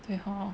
对 hor